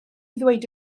ddweud